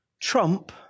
trump